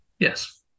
Yes